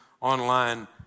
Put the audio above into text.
online